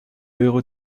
euro